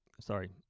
Sorry